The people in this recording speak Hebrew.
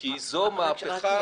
כי זו הפכה.